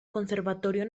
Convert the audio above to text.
conservatorio